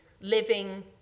living